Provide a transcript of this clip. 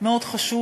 מאוד חשוב.